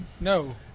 No